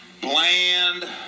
bland